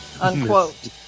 unquote